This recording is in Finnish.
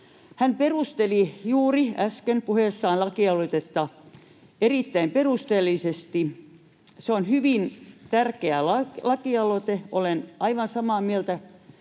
Hän perusteli juuri äsken puheessaan lakialoitetta erittäin perusteellisesti. Se on hyvin tärkeä lakialoite. Olen aivan samaa mieltä